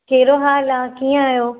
कहिड़ो हाल आहे कीअं आयो